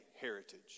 heritage